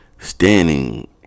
standing